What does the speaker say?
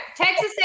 Texas